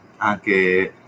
anche